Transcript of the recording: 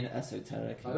esoteric